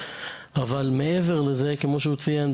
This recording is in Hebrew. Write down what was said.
אבל מעבר לזה כמו שהוא ציין,